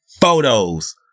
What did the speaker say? photos